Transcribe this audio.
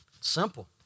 Simple